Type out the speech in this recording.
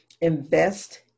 invest